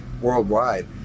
worldwide